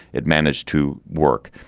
it managed to work.